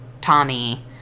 Tommy